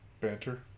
Banter